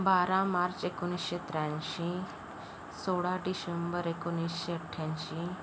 बारा मार्च एकोणीसशे त्र्याऐंशी सोळा डिशेंबर एकोणीसशे अठ्ठ्याऐंशी